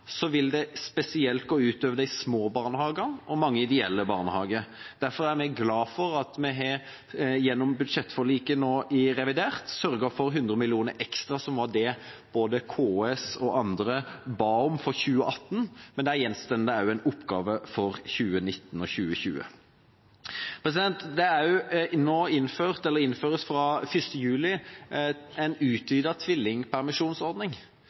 vil det spesielt gå ut over de små barnehagene og mange ideelle barnehager. Derfor er vi glade for at vi gjennom budsjettforliket for revidert nasjonalbudsjett har sørget for 100 mill. kr ekstra, som var det både KS og andre ba om for 2018. Men det gjenstår en oppgave for 2019 og 2020. Det innføres fra 1. juli en utvidet tvillingpermisjonsordning.